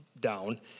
down